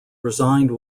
resigned